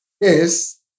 Yes